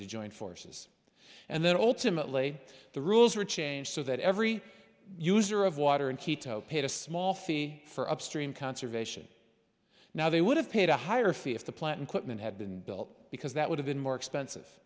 to join forces and then ultimately the rules were changed so that every user of water in quito paid a small fee for upstream conservation now they would have paid a higher fee if the plant and equipment had been built because that would have been more expensive